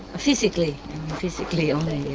physically physically only.